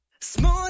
Smooth